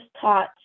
taught